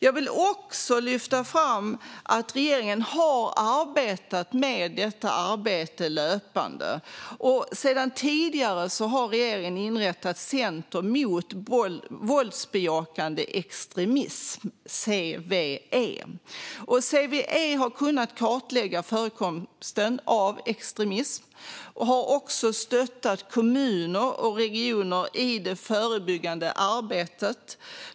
Jag vill också lyfta fram att regeringen har arbetat med detta löpande och sedan tidigare inrättat Centrum mot våldsbejakande extremism, CVE, och CVE har kunnat kartlägga förekomsten av extremism och har också stöttat kommuner och regioner i det förebyggande arbetet.